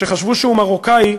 שחשבו שהוא מרוקאי,